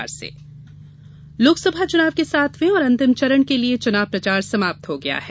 चुनाव प्रचार लोकसभा चुनाव के सातवें और अंतिम चरण के लिए चुनाव प्रचार समाप्त हो गया है